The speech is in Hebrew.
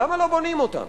למה לא בונים אותן?